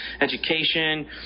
education